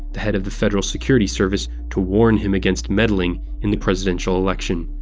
the head of the federal security service, to warn him against meddling in the presidential election.